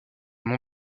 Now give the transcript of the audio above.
nom